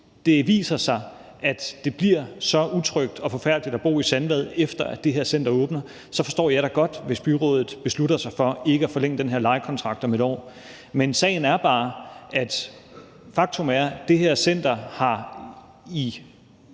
det viser sig, at det bliver så utrygt og forfærdeligt at bo i Sandvad, efter at det her center er åbnet, så forstår jeg da godt, hvis byrådet beslutter sig for ikke at forlænge den her lejekontrakt om et år. Men sagen er bare – faktum er – at det her center i